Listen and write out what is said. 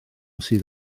sydd